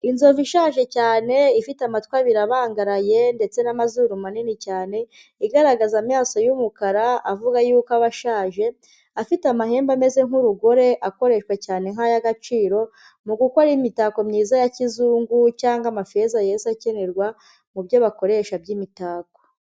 Inzovu ishaje cyane ifite amatwi abiri abangaraye ndetse n'amazuru manini cyane. Igaragaza amaso y'umukara avuga yuko aba ashaje. Afite amahembe ameze nk'urugore akoreshwa cyane nk'ay'agaciro mu gukora imitako myiza ya kizungu cyangwa amafeza yesa akenerwa mu byo bakoresha by'imitako.